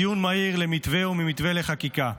מדיון מהיר למתווה וממתווה לחקיקה.